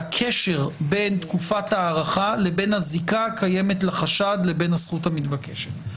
הקשר בין תקופת הארכה לבין הזיקה הקיימת לחשד לבין הזכות המתבקשת.